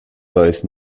both